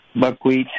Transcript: buckwheat